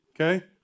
okay